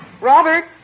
Robert